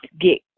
get